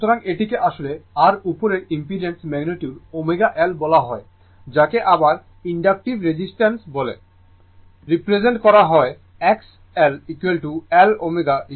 সুতরাং এটিকে আসলে r উপরের ইম্পিডেন্সের ম্যাগনিটিউড ω L বলা হয় যাকে আবার ইনডাকটিভ রিঅ্যাকটাঁস বলে I রিপ্রেসেন্ট করা হয় X L L ω 2πf L দ্বারা